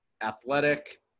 athletic